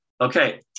Okay